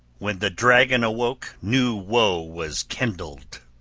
when the dragon awoke, new woe was kindled.